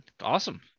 awesome